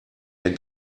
der